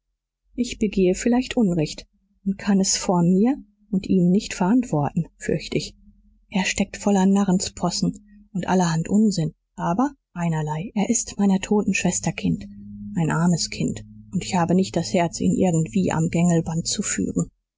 ich begehe vielleicht unrecht und kann es vor mir und ihm nicht verantworten fürcht ich er steckt voller narrenspossen und allerhand unsinn aber einerlei er ist meiner toten schwester kind ein armes kind und ich habe nicht das herz ihn irgendwie am gängelband zu führen